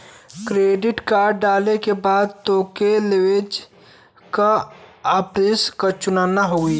debit card डाले के बाद तोके लैंग्वेज क ऑप्शन चुनना होई